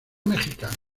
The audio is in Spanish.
mexicana